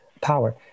power